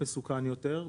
מסוכן יותר,